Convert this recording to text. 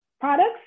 products